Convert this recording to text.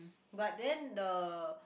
but then the